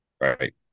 right